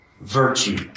virtue